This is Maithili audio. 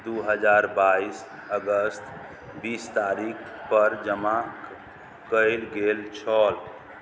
दुइ हजार बाइस अगस्त बीस तारिखकेँ जमा कएल गेल छल